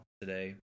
today